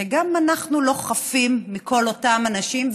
שגם אנחנו לא חפים מכל אותם אנשים.